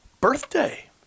birthday